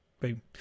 Boom